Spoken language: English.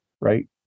right